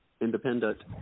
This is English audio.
independent